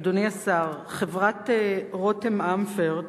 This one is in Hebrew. אדוני השר, חברת "רותם אמפרט"